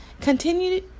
Continue